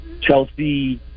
Chelsea